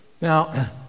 Now